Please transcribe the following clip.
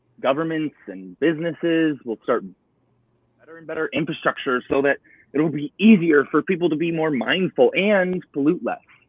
governments and businesses will start building and better and better infrastructures so that it'll be easier for people to be more mindful and pollute less.